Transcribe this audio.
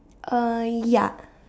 uh ya